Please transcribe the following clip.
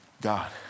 God